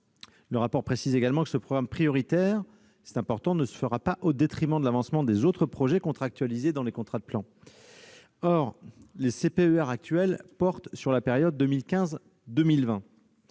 il est précisé également que ce programme prioritaire ne se fera pas au détriment de l'avancement des autres projets contractualisés dans les CPER. Or les CPER actuels portent sur la période 2015-2020.